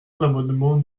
l’amendement